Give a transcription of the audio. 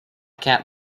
cat